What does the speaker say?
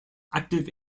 active